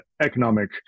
economic